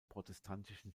protestantischen